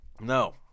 No